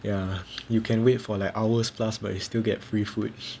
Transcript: ya you can wait for like hours plus but you still get free food